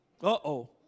Uh-oh